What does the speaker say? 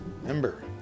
Remember